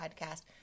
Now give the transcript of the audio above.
podcast